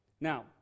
Now